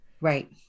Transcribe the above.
Right